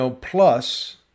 Plus